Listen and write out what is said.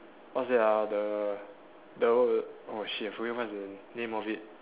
what's that ah the the oh shit I forget what's the name of it